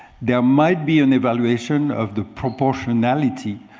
there might be an evaluation of the proportionalty,